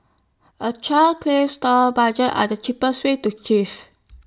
A clear store budget are the cheapest way to chief